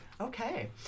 Okay